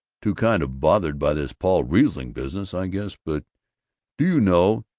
too kind of bothered by this paul riesling business, i guess. but do you know,